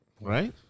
right